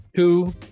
Two